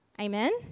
Amen